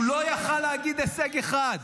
הוא לא יכול היה לציין הישג אחד.